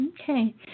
Okay